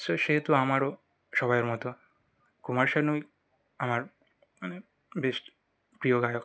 সে সেহেতু আমারও সবাইয়ের মতো কুমার শানুই আমার আমি বেস্ট প্রিয় গায়ক